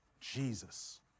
Jesus